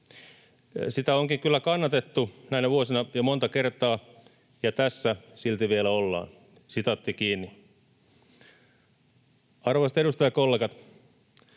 Sitä onkin kyllä kannatettu näinä vuosina jo monta kertaa. Ja tässä silti vielä ollaan.” Arvoisat edustajakollegat,